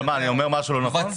אני אומר משהו לא נכון?